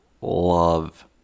love